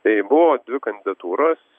tai buvo dvi kandidatūros